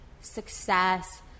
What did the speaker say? success